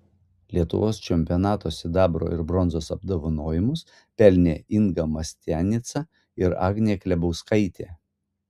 lietuvos čempionato sidabro ir bronzos apdovanojimus pelnė inga mastianica ir agnė klebauskaitė